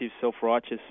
self-righteous